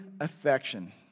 affection